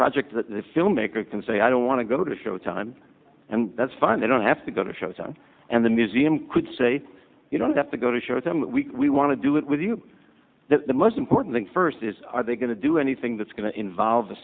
project the filmmaker can say i don't want to go to showtime and that's fine they don't have to go to showtime and the museum could say you don't have to go to show them we want to do it with you the most important thing first is are they going to do anything that's going to involve a